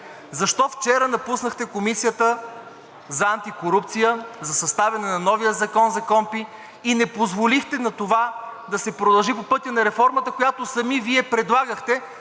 Защо вчера напуснахте Комисията по антикорупция за съставяне на новия закон за КПКОНПИ и не позволихте да се продължи по пътя на реформата, която сами Вие предлагахте,